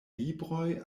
libroj